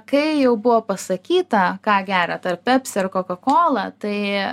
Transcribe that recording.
kai jau buvo pasakyta ką geriat ar pepsi ar kokakolą tai